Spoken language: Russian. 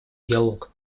диалог